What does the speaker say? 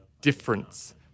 difference